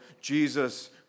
Jesus